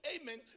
amen